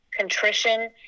contrition